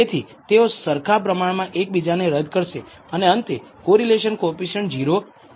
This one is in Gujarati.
તેથી તેઓ સરખા પ્રમાણમાં એકબીજાને રદ કરશે અને અંતે કોરિલેશન કોએફિસિએંટ 0 મળશે